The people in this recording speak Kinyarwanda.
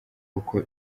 uko